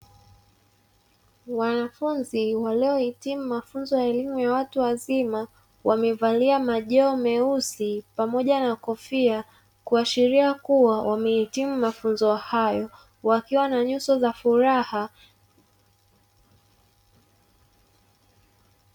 Wanafunzi waliohitimu mafunzo ya elimu ya watu wazima, wamevalia majoho meusi pamoja na kofia, kuashiria kuwa wamehitimu mafunzo hayo wakiwa na nyuso za furaha.